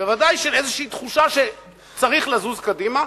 ודאי של איזושהי תחושה שצריך לזוז קדימה,